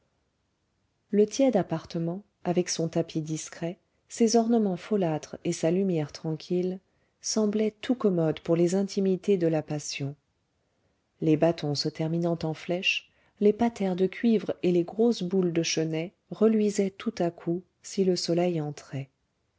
le tiède appartement avec son tapis discret ses ornements folâtres et sa lumière tranquille semblait tout commode pour les intimités de la passion les bâtons se terminant en flèche les patères de cuivre et les grosses boules de chenets reluisaient tout à coup si le soleil entrait